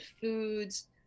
foods